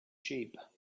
sheep